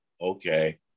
okay